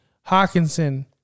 Hawkinson